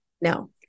No